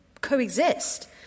coexist